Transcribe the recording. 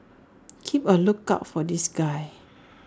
keep A lookout for this guy